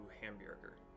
Hamburger